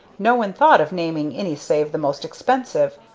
no one thought of naming any save the most expensive,